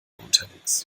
unterwegs